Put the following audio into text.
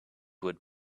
would